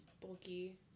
Bulky